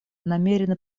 намерено